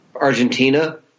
Argentina